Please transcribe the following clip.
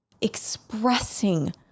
expressing